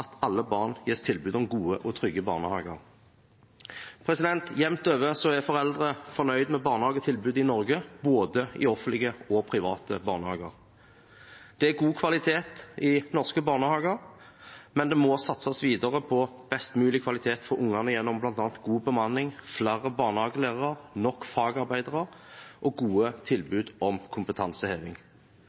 at alle barn gis tilbud om gode og trygge barnehager. Jevnt over er foreldre fornøyd med barnehagetilbudet i Norge, både i offentlige og i private barnehager. Det er god kvalitet i norske barnehager, men det må satses videre på best mulig kvalitet for ungene gjennom bl.a. god bemanning, flere barnehagelærere, nok fagarbeidere og gode tilbud om kompetanseheving.